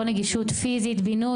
לא נגישות פיזית, בינוי.